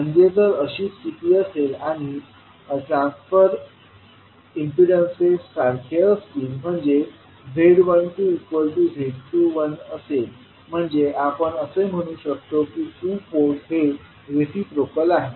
म्हणजे जर अशी स्थिती असेल आणि ट्रान्सफर इम्पीडन्सेस सारखे असतील म्हणजे z12 z21असेल म्हणजे आपण असे म्हणू शकतो की टू पोर्ट हे रिसिप्रोकल आहे